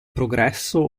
progresso